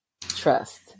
trust